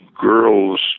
girls